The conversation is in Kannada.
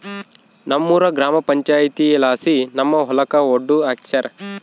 ನಮ್ಮೂರ ಗ್ರಾಮ ಪಂಚಾಯಿತಿಲಾಸಿ ನಮ್ಮ ಹೊಲಕ ಒಡ್ಡು ಹಾಕ್ಸ್ಯಾರ